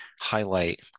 highlight